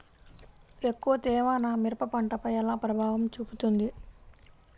ఎక్కువ తేమ నా మిరప పంటపై ఎలా ప్రభావం చూపుతుంది?